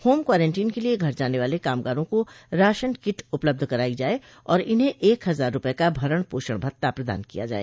home quarantine के लिए घर जाने वाले कामगारों को राशन किट उपलब्ध कराइ जाए और इन्हें एक हजार रुपए का भरण पोषण भत्ता प्रदान किया जाए